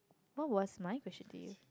what was my question to you